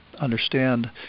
understand